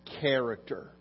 character